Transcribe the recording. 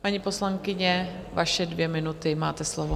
Paní poslankyně, vaše dvě minuty, máte slovo.